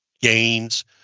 gains